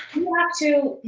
have to